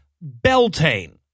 Beltane